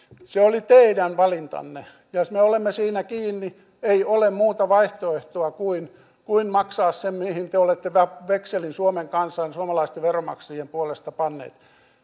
se oli teidän valintanne ja me olemme siinä kiinni ei ole muuta vaihtoehtoa kuin kuin maksaa se mihin te te olette vekselin suomen kansan suomalaisten veronmaksajien puolesta panneet